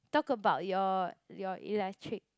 talk about your your electric